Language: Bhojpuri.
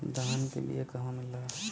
धान के बिया कहवा मिलेला?